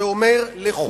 וזה אומר לכולם,